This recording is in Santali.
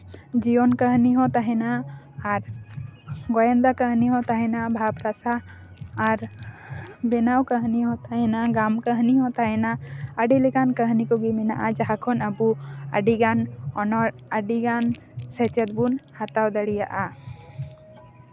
ᱡᱤᱭᱚᱱ ᱠᱟᱹᱦᱱᱤ ᱦᱚᱸ ᱛᱟᱦᱮᱸᱱᱟ ᱟᱨ ᱜᱳᱭᱮᱱᱫᱟ ᱠᱟᱹᱦᱱᱤ ᱦᱚᱸ ᱛᱟᱦᱮᱸᱱᱟ ᱵᱷᱟᱵᱽ ᱨᱟᱥᱟ ᱟᱨ ᱵᱮᱱᱟᱣ ᱠᱟᱹᱦᱤᱱᱤ ᱦᱚᱸ ᱛᱟᱦᱮᱸᱱᱟ ᱜᱟᱢ ᱠᱟᱹᱦᱱᱤ ᱦᱚᱸ ᱛᱟᱦᱮᱸᱱᱟ ᱟᱹᱰᱤ ᱞᱮᱠᱟᱱ ᱠᱟᱹᱦᱱᱤ ᱠᱚᱜᱮ ᱢᱮᱱᱟᱜᱼᱟ ᱡᱟᱦᱟᱸ ᱠᱷᱚᱱ ᱟᱵᱚ ᱟᱹᱰᱤᱜᱟᱱ ᱚᱱᱚᱲ ᱟᱹᱰᱤᱜᱟᱱ ᱥᱮᱪᱮᱫ ᱵᱚᱱ ᱦᱟᱛᱟᱣ ᱫᱟᱲᱮᱭᱟᱜᱼᱟ